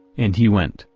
and he went,